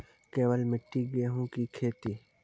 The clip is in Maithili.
केवल मिट्टी गेहूँ की खेती?